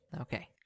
Okay